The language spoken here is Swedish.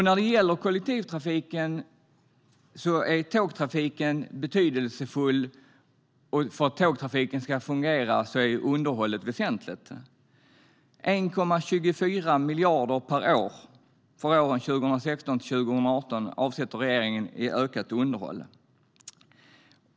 När det gäller kollektivtrafiken är tågtrafiken betydelsefull, och för att den ska fungera är underhållet väsentligt. 1,24 miljarder per år för åren 2016-2018 avsätter regeringen för ökat underhåll.